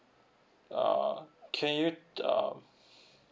ah can you um